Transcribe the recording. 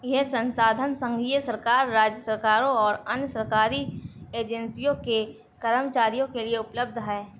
यह संसाधन संघीय सरकार, राज्य सरकारों और अन्य सरकारी एजेंसियों के कर्मचारियों के लिए उपलब्ध है